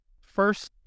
first